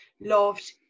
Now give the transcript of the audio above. loved